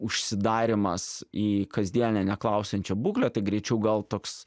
užsidarymas į kasdienę neklausiančio būklę tai greičiau gal toks